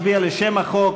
לשם החוק.